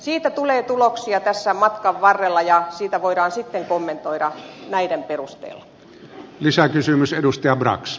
siitä tulee tuloksia tässä matkan varrella ja sitä voidaan sitten kommentoida näiden perusteella